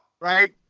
Right